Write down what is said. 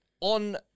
on